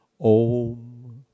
Om